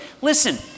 Listen